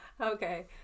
Okay